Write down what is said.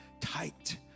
tight